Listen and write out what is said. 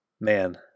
Man